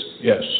yes